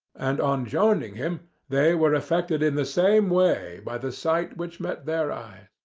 and on joining him they were affected in the same way by the sight which met their eyes.